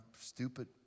stupid